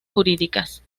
jurídicas